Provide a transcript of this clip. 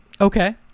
Okay